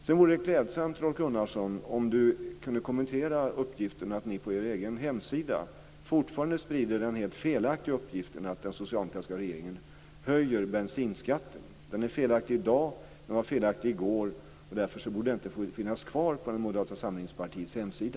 Sedan vore det klädsamt om Rolf Gunnarsson kommenterade att Moderaterna på sin egen hemsida fortfarande sprider den helt felaktiga uppgiften att den socialdemokratiska regeringen höjer bensinskatten. Den är felaktig i dag och den var felaktig i går. Därför borde den inte få finnas kvar på Moderata samlingspartiets hemsida.